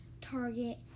Target